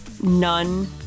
none